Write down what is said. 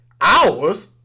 hours